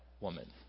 woman